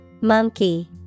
Monkey